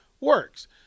works